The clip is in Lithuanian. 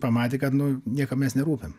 pamatė kad nu niekam mes nerūpim